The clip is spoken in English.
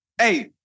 Hey